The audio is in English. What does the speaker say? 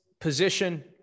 position